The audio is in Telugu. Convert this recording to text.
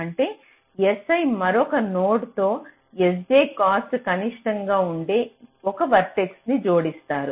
అంటే si మరొక నోడ్ తో sj కాస్ట్ కనిష్టంగా ఉండే ఒక వర్టెక్స్ జోడిస్తారు